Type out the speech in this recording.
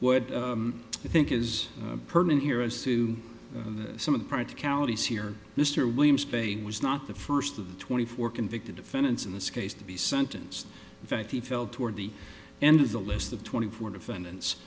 would think is pertinent here as to some of the practicalities here mr williams paying was not the first of the twenty four convicted defendants in this case to be sentenced in fact he felt toward the end of the list of twenty four defendants